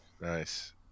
Nice